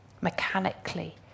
mechanically